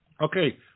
Okay